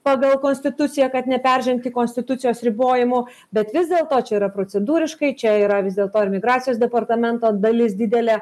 pagal konstituciją kad neperžengti konstitucijos ribojimų bet vis dėlto čia yra procedūriškai čia yra vis dėlto ir migracijos departamento dalis didelė